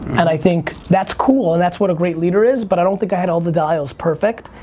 and i think that's cool and that's what a great leader is but i don't think i had all the dials perfect.